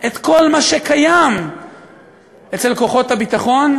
את כל מה שקיים אצל כוחות הביטחון,